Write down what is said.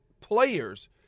players